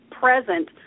present